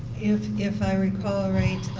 if if i recall, right,